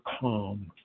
calm